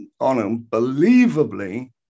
unbelievably